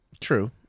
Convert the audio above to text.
True